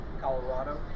Colorado